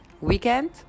weekend